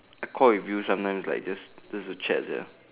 I call with you sometimes just to chat sia